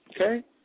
okay